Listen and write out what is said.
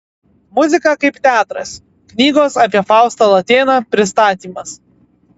muzika kaip teatras knygos apie faustą latėną pristatymas